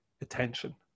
attention